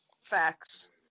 Facts